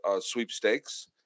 sweepstakes